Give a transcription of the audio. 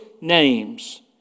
names